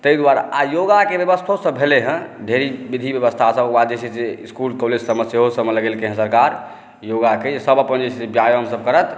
ताहि दुआरे आ योगाक बेबस्थोसभ भेलै हँ ढेरी विधि बेबस्थासभ ओकर बाद जे छै से इसकुल कॉलेजसभ सेहो सभमे लगेलकए हँ सरकार योगाके सभ अपनसे व्यायामसभ करत